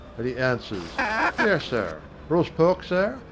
and he answers yes, sir, roast pork, sir,